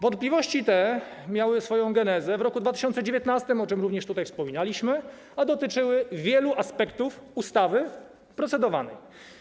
Wątpliwości te miały genezę w roku 2019, o czym również tutaj wspominaliśmy, a dotyczyły wielu aspektów ustawy procedowanej.